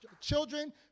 children